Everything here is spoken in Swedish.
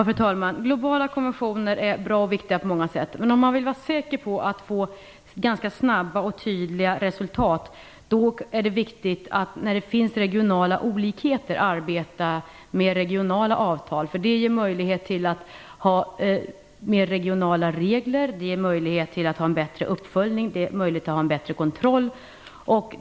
Fru talman! Globala konventioner är bra och viktiga på många sätt. Men om man vill vara säker på att få ganska snabba och tydliga resultat är det viktigt att arbeta med regionala avtal när det finns regionala olikheter. Det ger möjlighet till fler regionala regler, till en bättre uppföljning och kontroll.